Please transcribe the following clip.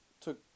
took